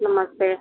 नमस्ते